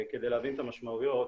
להבין את המשמעויות.